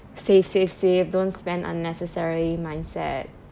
save save save don't spend unnecessarily mindset